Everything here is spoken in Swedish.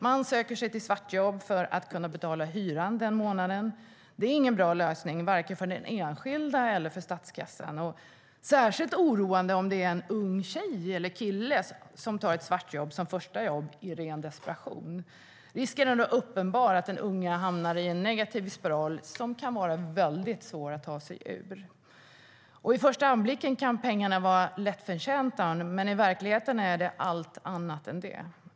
Man söker sig till svartjobb för att kunna betala hyran den månaden. Det är ingen bra lösning, varken för den enskilda eller för statskassan. Särskilt oroande är det om det är en ung tjej eller kille som i ren desperation tar ett svartjobb som första jobb. Risken är då uppenbar att den unga hamnar i en negativ spiral som kan vara väldigt svår att ta sig ur. Vid den första anblicken kan pengarna vara lättförtjänta, men i verkligheten är de allt annat än det.